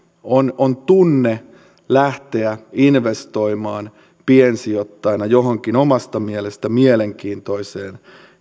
on on tunne lähteä investoimaan piensijoittajana johonkin omasta mielestä mielenkiintoiseen